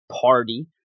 party